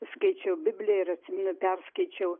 skaičiau bibliją ir atsimenu perskaičiau